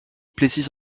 plessis